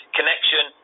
Connection